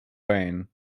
rhein